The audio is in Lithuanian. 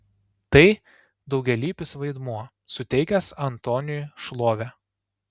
tai daugialypis vaidmuo suteikęs antoniui šlovę